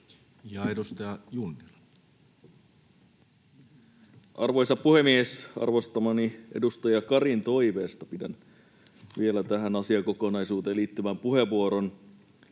18:48 Content: Arvoisa puhemies! Arvostamani edustaja Karin toiveesta pidän vielä tähän asiakokonaisuuteen liittyvän puheenvuoron.